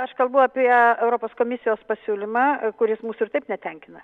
aš kalbu apie europos komisijos pasiūlymą kuris mūsų ir taip netenkina